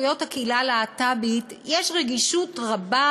זכויות הקהילה הלהט"בית יש רגישות רבה,